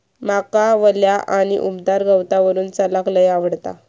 माका वल्या आणि उबदार गवतावरून चलाक लय आवडता